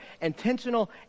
intentional